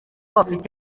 bafite